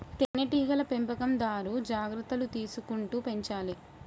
తేనె టీగల పెంపకందారు జాగ్రత్తలు తీసుకుంటూ పెంచాలే